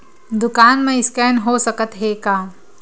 दुकान मा स्कैन हो सकत हे का?